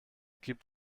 gibt